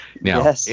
Now